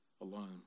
alone